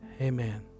Amen